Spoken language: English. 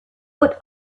would